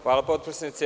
Hvala potpredsednice.